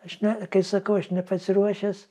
aš ne kai sakau aš nepasiruošęs